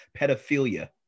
pedophilia